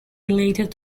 related